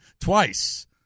twice